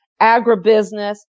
agribusiness